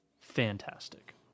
fantastic